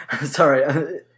Sorry